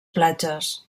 platges